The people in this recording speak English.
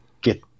get